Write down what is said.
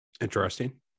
Interesting